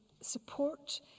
support